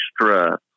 extra